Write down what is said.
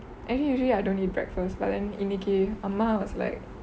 actually usually I don't eat breakfast but then இன்னிக்கு அம்மா:inniki amma was like